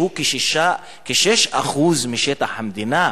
שהוא כ-6% משטח המדינה,